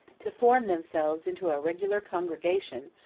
to form themselves into a regular congregation,